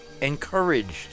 encouraged